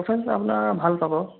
সেইখনটো আপোনাৰ ভাল পাব